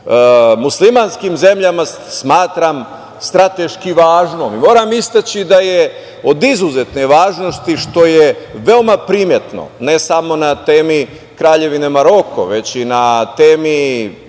muslimanskim zemljama, smatram strateški važnim. Moram istaći da je od izuzetne važnosti, što je veoma primetno ne samo na temi Kraljevine Maroko, već i na temi